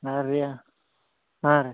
ಹಾಂ ರ್ಯ ಹಾಂ